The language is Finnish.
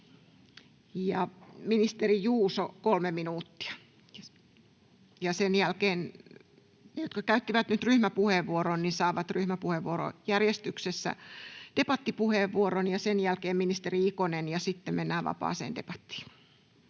Ministeri Juuso, kolme minuuttia. — Ja sen jälkeen ne, jotka käyttivät ryhmäpuheenvuoron, saavat ryhmäpuheenvuorojärjestyksessä debattipuheenvuoron, ja sen jälkeen ministeri Ikonen, ja sitten mennään vapaaseen debattiin.